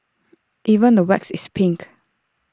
even the wax is pink